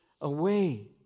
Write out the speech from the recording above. away